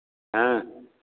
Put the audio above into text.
हाँ